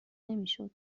نمیشد